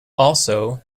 also